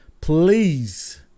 please